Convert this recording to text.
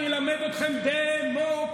אני אלמד אתכם דמוקרטיה.